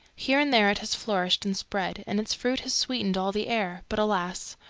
here and there it has flourished and spread, and its fruit has sweetened all the air. but, alas!